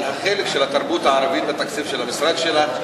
על החלק של התרבות הערבית בתקציב של המשרד שלך,